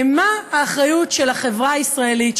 מה האחריות של החברה הישראלית,